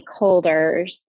stakeholders